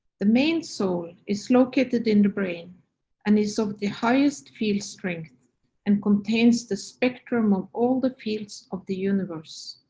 the main soul is located in the brain and is of the highest field-strength and contains the spectrum of all the fields of the universe.